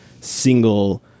single